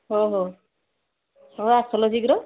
ହଉ ହଉ ହଉ ଆସଲୋ ଶୀଘ୍ର